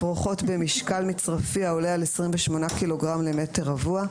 אפרוחות במשקל מצרפי העולה על 28 קילוגרם למטר רבוע.